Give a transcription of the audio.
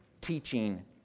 teaching